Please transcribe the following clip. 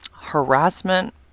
harassment